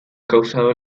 causado